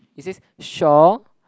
it says shore